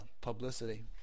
publicity